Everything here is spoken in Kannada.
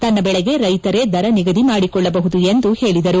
ತನ್ನ ಬೆಳೆಗೆ ರೈತರೇ ದರ ನಿಗದಿ ಮಾಡಿಕೊಳ್ಳಬಹುದು ಎಂದು ಅವರು ಹೇಳಿದರು